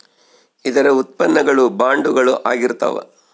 ಇದರ ಉತ್ಪನ್ನ ಗಳು ಬಾಂಡುಗಳು ಆಗಿರ್ತಾವ